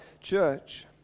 church